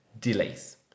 delays